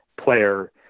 player